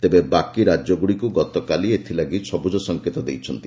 ତେବେ ବାକି ରାଜ୍ୟଗୁଡ଼ିକୁ ଗତକାଲି ଏଥିଲାଗି ସବୁଜ ସଂକେତ ଦେଇଛନ୍ତି